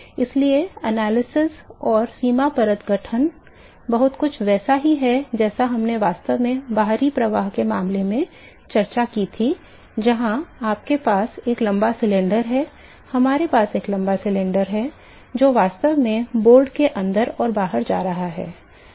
इसलिए विश्लेषण और सीमा परत गठन बहुत कुछ वैसा ही है जैसा हमने वास्तव में बाहरी प्रवाह के मामले में चर्चा की थी जहां हमारे पास एक लंबा सिलेंडर है हमारे पास एक लंबा सिलेंडर है जो वास्तव में बोर्ड के अंदर और बाहर जा रहा है और